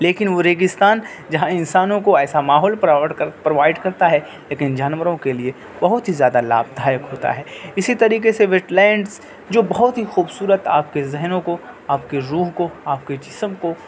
لیکن وہ ریگستان جہاں انسانوں کو ایسا ماحول کر پرووائڈ کرتا ہے لیکن جانوروں کے لیے بہت ہی زیادہ لابھ دایک ہوتا ہے اسی طریقے سے ویٹلینٹس جو بہت ہی خوبصورت آپ کے ذہنوں کو آپ کے روح کو آپ کے جسم کو